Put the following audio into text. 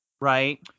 right